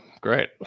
Great